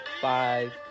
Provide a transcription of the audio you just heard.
five